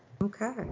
Okay